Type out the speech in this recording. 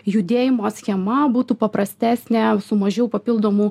judėjimo schema būtų paprastesnė su mažiau papildomų